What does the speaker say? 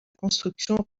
construction